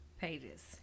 pages